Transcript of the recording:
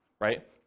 Right